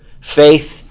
Faith